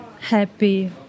happy